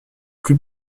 plus